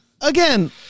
again